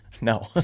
No